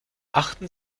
achten